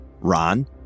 Ron